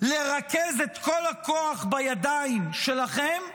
לרכז את כל הכוח בידיים שלכם ולהשמיד,